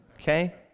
Okay